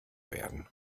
werden